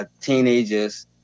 teenagers